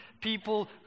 people